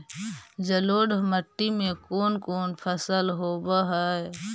जलोढ़ मट्टी में कोन कोन फसल होब है?